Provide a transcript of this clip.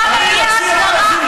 אז כתבת היום את חוק הלאום הפלסטיני.